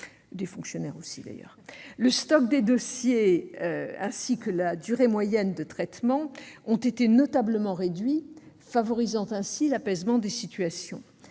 Le stock des dossiers, ainsi que leur durée moyenne de traitement, ont été notablement réduits, ce qui favorise l'apaisement des situations.